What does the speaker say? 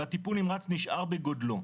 והטיפול נמרץ נשאר בגודלו,